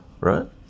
right